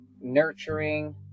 nurturing